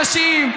נשים.